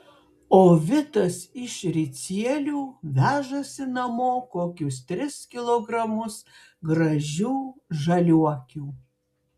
o vitas iš ricielių vežasi namo kokius tris kilogramus gražių žaliuokių